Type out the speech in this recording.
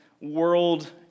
world